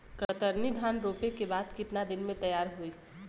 कतरनी धान रोपे के बाद कितना दिन में तैयार होई?